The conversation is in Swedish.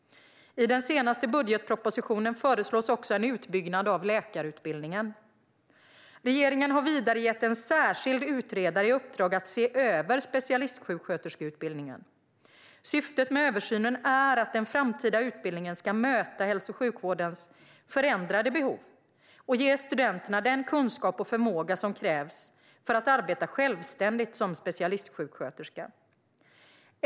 I den senaste budgetpropositionen föreslås också en utbyggnad av läkarutbildningen. Regeringen har vidare gett en särskild utredare i uppdrag att se över specialistsjuksköterskeutbildningen. Syftet med översynen är att den framtida utbildningen ska möta hälso och sjukvårdens förändrade behov och ge studenterna den kunskap och förmåga som krävs för att arbeta självständigt som specialistsjuksköterska.